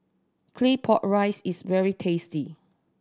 Claypot Rice is very tasty